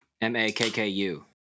M-A-K-K-U